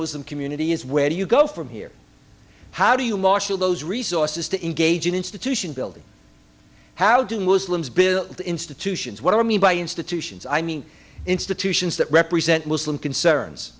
muslim community is where do you go from here how do you marshal those resources to engage in institution building how do muslims build institutions what i mean by institutions i mean institutions that represent muslim concerns